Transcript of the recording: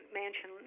mansion